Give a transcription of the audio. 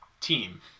team